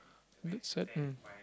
looks sad mm